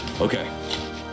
Okay